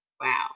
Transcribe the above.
wow